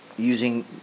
using